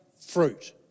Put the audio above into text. fruit